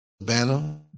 Banner